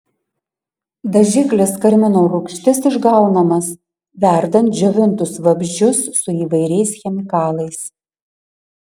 dažiklis karmino rūgštis išgaunamas verdant džiovintus vabzdžius su įvairiais chemikalais